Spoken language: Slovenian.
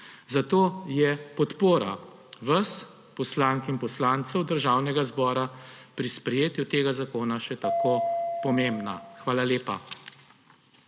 Zato je podpora vas, poslank in poslancev Državnega zbora, pri sprejetju tega zakona še kako pomembna. Hvala lepa.